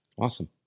awesome